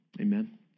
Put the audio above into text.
Amen